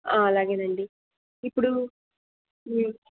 అలాగే అండి ఇప్పుడు